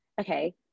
okay